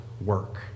work